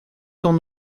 t’en